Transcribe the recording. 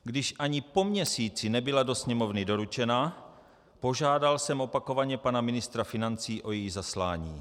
Když ani po měsíci nebyla do Sněmovny doručena, požádal jsem opakovaně pana ministra financí o její zaslání.